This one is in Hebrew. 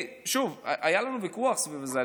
שוב, היה לנו ויכוח סביב זה.